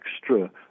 extra